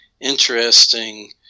interesting